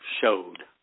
showed